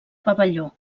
pavelló